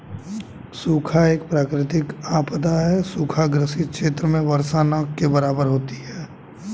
सूखा एक प्राकृतिक आपदा है सूखा ग्रसित क्षेत्र में वर्षा न के बराबर होती है